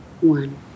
one